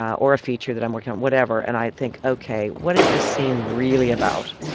or a feature that i'm working on, whatever, and i think, ok, what is the scene really about,